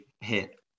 hit